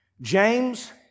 James